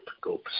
go